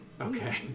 Okay